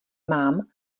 mám